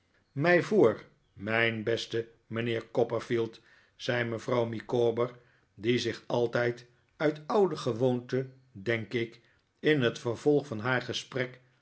mij voor mijn beste mijnheer copperfield zei mevrouw micawber die zich altijd uit oude gewoonte denk ik in het vervolg van haar gesprek